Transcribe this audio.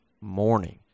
morning